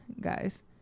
guys